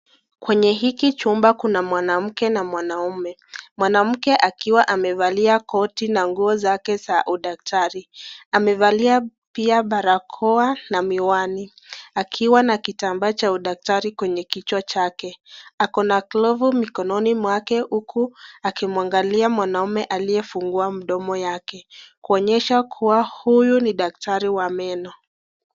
Kwenye hiki chumba kuna mwanamke na mwanaume, mwanamke akiwa amevalia koti na nguo zake za udaktari amevalia pia barakoa na miwani akiwa na kitambaa cha udaktari kwenye kichwa chake ako na glavu mikononi mwake huku akimwangalia mwanaume aliyefungua mdomo wake kuonyesha huyu ni daktari wa meno.